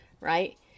right